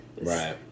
Right